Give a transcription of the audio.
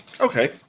Okay